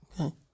Okay